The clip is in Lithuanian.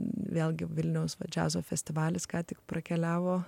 vėlgi vilniaus džiazo festivalis ką tik prakeliavo